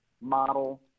model